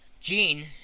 jean,